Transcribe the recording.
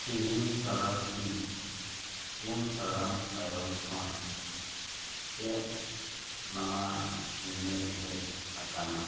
ᱛᱤᱦᱤᱧ ᱛᱟᱨᱟᱥᱤᱧ ᱯᱩᱱ ᱴᱟᱲᱟᱝ ᱛᱟᱭᱚᱢ ᱠᱷᱚᱱ ᱪᱮᱫ ᱱᱟᱣᱟ ᱤᱢᱮᱞ ᱦᱮᱡ ᱟᱠᱟᱱᱟ